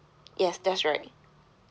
yes that's right